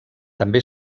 també